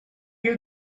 you